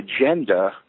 agenda